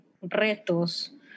retos